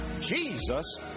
Jesus